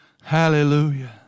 Hallelujah